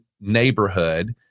neighborhood